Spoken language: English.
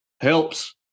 helps